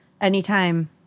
anytime